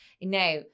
Now